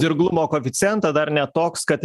dirglumo koeficientą dar ne toks kad